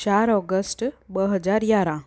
चारि ओगश्ट ॿ हज़ार यारहं